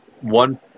one